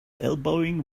elbowing